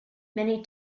many